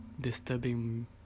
disturbing